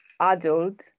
adult